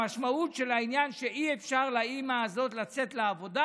המשמעות של העניין היא שאי-אפשר לאימא הזאת לצאת לעבודה,